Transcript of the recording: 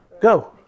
Go